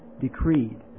decreed